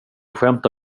skämta